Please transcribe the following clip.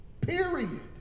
Period